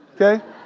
Okay